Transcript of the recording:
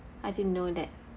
I didn't know that